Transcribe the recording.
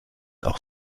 auch